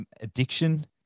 addiction